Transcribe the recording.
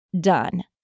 Done